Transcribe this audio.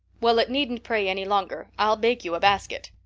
well, it needn't prey any longer. i'll bake you a basket.